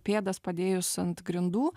pėdas padėjus ant grindų